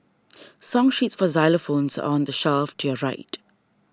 song sheets for xylophones are on the shelf to your right